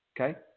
Okay